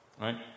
right